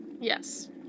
Yes